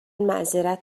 معذرت